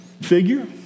figure